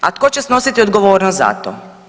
A tko će snositi odgovornost za to?